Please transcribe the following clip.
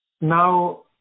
Now